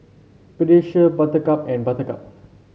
Pediasure Buttercup and Buttercup